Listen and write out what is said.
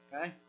Okay